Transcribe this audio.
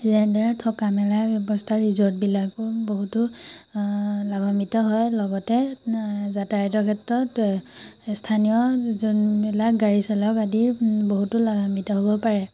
যেনেদৰে থকা মেলা ব্যৱস্থা ৰিজৰ্টবিলাকো বহুতো লাভান্বিত হয় লগতে যাতায়তৰ ক্ষেত্ৰত স্থানীয় যোনবিলাক গাড়ী চালক আদি বহুতো লাভান্বিত হ'ব পাৰে